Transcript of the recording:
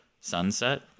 sunset